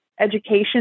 education